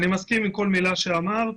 אני מסכים עם כל מילה שאמרת.